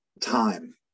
time